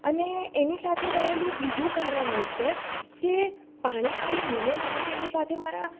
અને એની સાથે રહેલું બીજું કારણ એ છે કે પાણીપુરી મને ભાવે એની સાથે મારા